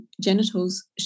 genitals